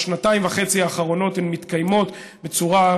בשנתיים וחצי האחרונות הן מתקיימות בצורה,